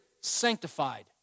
sanctified